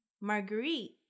Marguerite